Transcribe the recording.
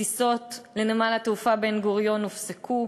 טיסות לנמל התעופה בן-גוריון הופסקו.